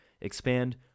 expand